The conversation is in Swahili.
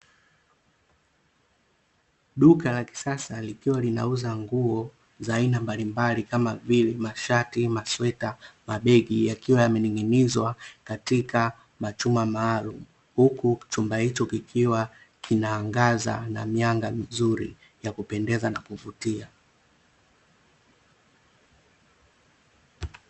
Duka la kisasa likiwa linauza nguo za aina mbalimbali, kama vile: mashati, masweta, mabeg; yakiwa yamening'inizwa katika machuma maalumu. Huku chumba hicho kikiwa kinaangaza na mianga mizuri ya kupendeza na kuvutia.